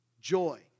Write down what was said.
joy